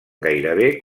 gairebé